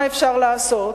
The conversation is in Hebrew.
מה אפשר לעשות,